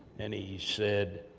and he said,